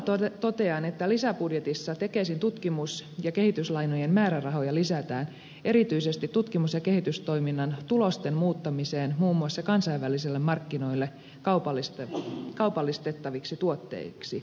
ilolla totean että lisäbudjetissa tekesin tutkimus ja kehityslainojen määrärahoja lisätään erityisesti tutkimus ja kehitystoiminnan tulosten muuntamiseen muun muassa kansainvälisille markkinoille kaupallistettaviksi tuotteiksi